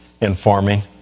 informing